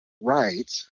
right